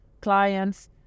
clients